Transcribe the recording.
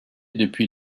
depuis